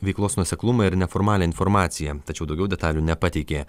veiklos nuoseklumą ir neformalią informaciją tačiau daugiau detalių nepateikė